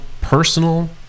personal